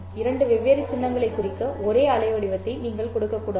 இரண்டு வெவ்வேறு சின்னங்களைக் குறிக்க ஒரே அலைவடிவத்தை நீங்கள் கொடுக்க முடியாது